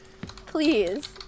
Please